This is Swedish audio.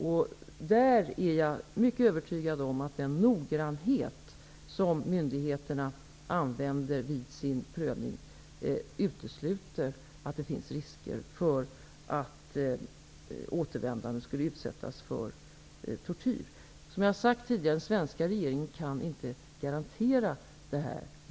Jag är mycket övertygad om att den noggrannhet som myndigheterna använder vid sin prövning utesluter att det finns risker för att de återvändande skulle utsättas för tortyr. Som jag tidigare har sagt kan den svenska regeringen inte garantera det här.